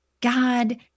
God